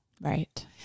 Right